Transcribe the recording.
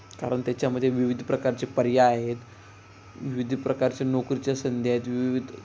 कारण त्याच्यामध्ये विविध प्रकारचे पर्याय आहेत विविध प्रकारच्या नोकरीच्या संध्या आहेत विविध